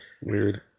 weird